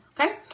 Okay